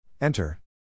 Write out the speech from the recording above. Enter